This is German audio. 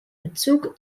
bezug